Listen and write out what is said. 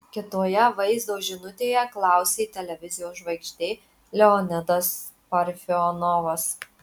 kitoje vaizdo žinutėje klausė televizijos žvaigždė leonidas parfionovas